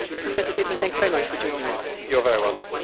professor pitman, thanks very much for joining us. you're very welcome.